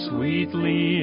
Sweetly